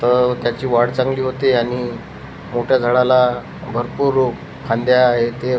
तर त्याची वाढ चांगली होते आणि मोठ्या झाडाला भरपूर फांद्या हे ते